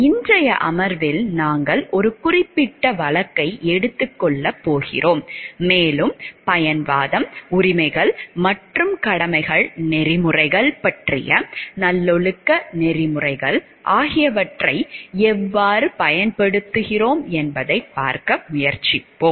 இன்றைய அமர்வில் நாங்கள் ஒரு குறிப்பிட்ட வழக்கை எடுத்துக் கொள்ளப் போகிறோம் மேலும் பயன்வாதம் உரிமைகள் மற்றும் கடமைகள் நெறிமுறைகள் மற்றும் நல்லொழுக்க நெறிமுறைகள் ஆகியவற்றை எவ்வாறு பயன்படுத்துகிறோம் என்பதைப் பார்க்க முயற்சிப்போம்